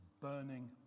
burning